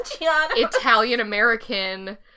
Italian-American